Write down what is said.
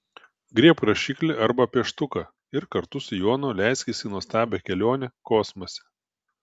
griebk rašiklį arba pieštuką ir kartu su jonu leiskis į nuostabią kelionę kosmose